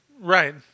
Right